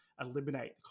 eliminate